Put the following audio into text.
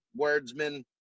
wordsman